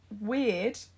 weird